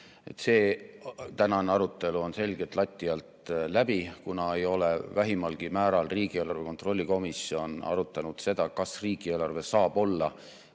See tänane arutelu on selgelt lati alt läbi, kuna ei ole vähimalgi määral riigieelarve kontrolli erikomisjon arutanud seda, kas riigieelarve saab olla